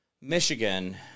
Michigan